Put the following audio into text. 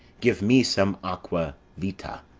give me some aqua vitae.